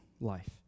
life